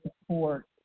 support